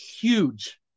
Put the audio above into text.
huge